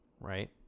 right